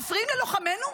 מפריעים ללוחמינו,